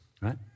right